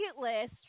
list